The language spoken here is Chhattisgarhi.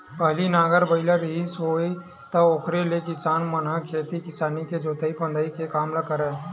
पहिली नांगर बइला रिहिस हेवय त ओखरे ले किसान मन ह खेती किसानी के जोंतई फंदई के काम ल करय